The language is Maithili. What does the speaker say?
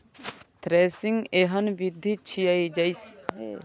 थ्रेसिंग एहन विधि छियै, जइसे अन्न कें डंठल सं अगल कैल जाए छै